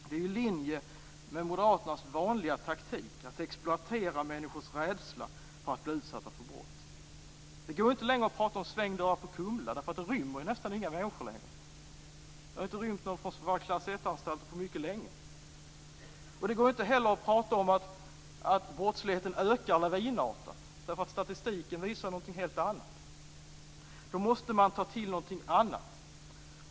Det är i linje med moderaternas vanliga taktik att exploatera människors rädsla för att bli utsatta för brott. Det går inte längre att prata om svängdörrar på Kumla. Det är ju nästan inga människor som rymmer längre. Det har inte rymt någon från våra klass 1-anstalter på mycket länge. Det går inte heller att prata om att brottsligheten ökar lavinartat. Statistiken visar nämligen något helt annat. Då måste man ta till något annat.